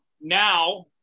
now